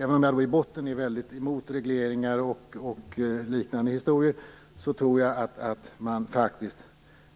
Även om vi i grund och botten är mycket emot regleringar och liknande, tror jag faktiskt att man